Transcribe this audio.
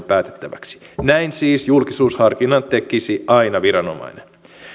päätettäväksi näin siis julkisuusharkinnan tekisi aina viranomainen